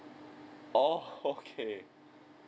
oh okay